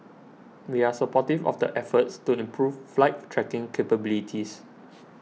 we are supportive of the efforts to improve flight tracking capabilities